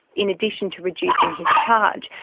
in addition to reducing his charge,